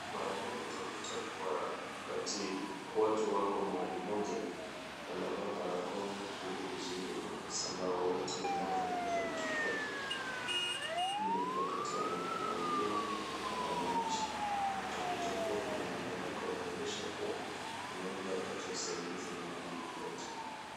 Mara nyingi utakuta kua wakati watu wako mahali moja wanavaa barakoa ili kuzuia usambao wowote unaoeza tokea ,hii ni kwa wakati wanapeana huduma kwa wananchi ,na utakuta kua Kuna vibandiko ya kuonyesha kua unaeza pata usaidizi mahali popote .